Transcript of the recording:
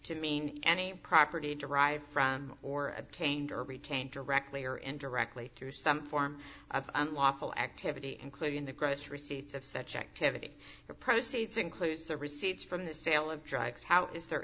to mean any property derived from or obtained or retained directly or indirectly through some form of unlawful activity including the gross receipts of such activity or proceeds include the receipts from the sale of drugs how is the